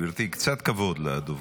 גברתי, קצת כבוד לדוברים.